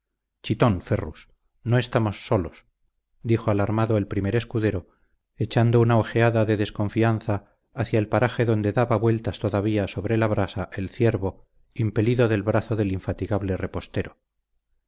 ferrus no estamos solos dijo alarmado el primer escudero echando una ojeada de desconfianza hacia el paraje donde daba vueltas todavía sobre la brasa el ciervo impelido del brazo del infatigable repostero